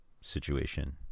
situation